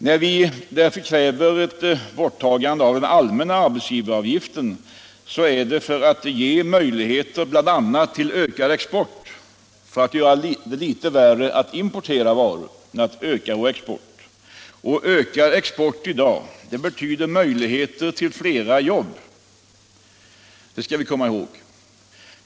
När vi därför kräver ett borttagande av den allmänna arbetsgivaravgiften är det bl.a. Allmänpolitisk debatt Allmänpolitisk debatt för att öka möjligheterna till export och för att göra det litet värre att importera varor. Ökar vår export i dag betyder det möjligheter till flera jobb, det skall vi komma ihåg.